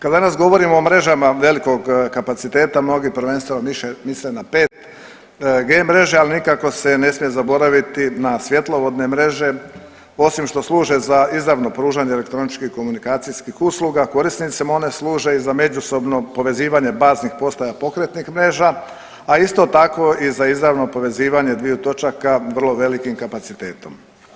Kada danas govorimo o mrežama velikog kapaciteta mnogi prvenstveno misle na 5G mreže, ali nikako se ne smije zaboraviti svjetlovodne mreže, osim što služe za izravno prožanje elektroničkih komunikacijskih usluga korisnicima, oni služe i za međusobno povezivanje baznih postaja pokretnih mreža, a isto tako i za izravno povezivanje dviju točaka vrlo velikim kapacitetom.